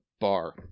bar